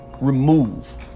remove